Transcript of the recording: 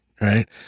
right